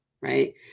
right